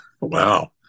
Wow